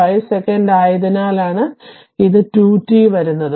5 second ആയതിനാലാണ് ഇത് 2t വരുന്നത്